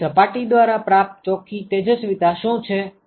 તેથી સપાટી દ્વારા પ્રાપ્ત ચોખ્ખી તેજસ્વિતા શું છે